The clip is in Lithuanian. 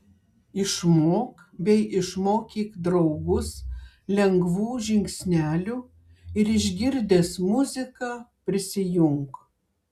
išmok bei išmokyk draugus lengvų žingsnelių ir išgirdęs muziką prisijunk